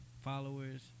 followers